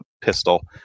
pistol